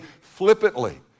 flippantly